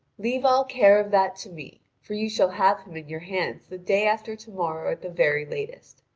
leave all care of that to me for you shall have him in your hands the day after to-morrow at the very latest.